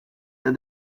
that